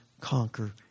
conquer